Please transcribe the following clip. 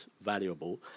valuable